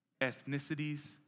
ethnicities